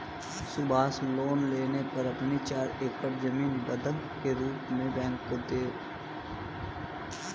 Subhash loan लेने पर अपनी चार एकड़ जमीन बंधक के रूप में बैंक को दें